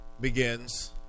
begins